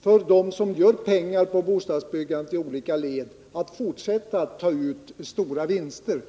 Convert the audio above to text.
för dem som tjänar pengar på bostadsbyggandet i olika led att fortsätta att ta ut stora vinster.